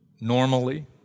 normally